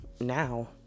now